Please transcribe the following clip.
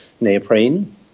neoprene